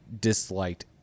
disliked